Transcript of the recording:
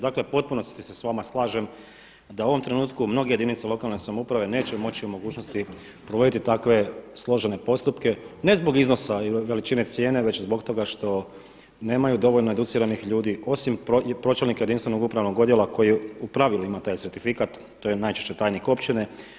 Dakle, u potpunosti se s vama slažem da u ovom trenutku mnoge jedinice lokalne samouprave neće biti u mogućnosti provoditi takve složene postupke, ne zbog iznosa i veličine cijene već zbog toga što nemaju dovoljno educiranih ljudi osim pročelnika jedinstvenog upravnog odjela koji u pravilima taj certifikat, to je najčešće tajnik općine.